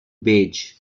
beige